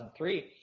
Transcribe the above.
2003